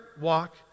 walk